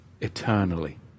eternally